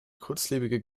kurzlebige